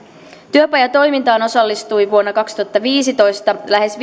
työpajatoimintaan osallistui vuonna kaksituhattaviisitoista lähes